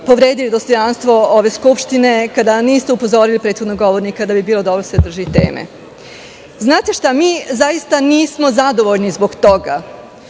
povredili dostojanstvo ove skupštine, kada niste upozorili prethodnog govornika, da bi bilo dobro da se drži teme. Znate šta? Mi zaista nismo zadovoljni zbog toga,